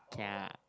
kia